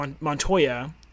montoya